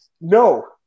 No